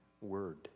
word